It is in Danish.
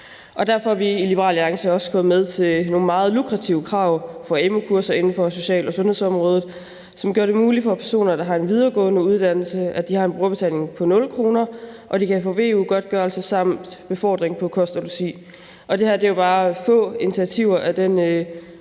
derfor er vi i Liberal Alliance også gået med til nogle meget lukrative betingelser for amu-kurser inden for social- og sundhedsområdet, som gør, at personer, der har en videregående uddannelse, får en brugerbetaling på 0 kr. og kan få veu-godtgørelse samt tilskud til befordring, kost og logi. Det her er jo bare få initiativer i den